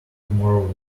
tomorrow